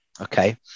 Okay